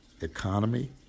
economy